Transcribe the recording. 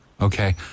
okay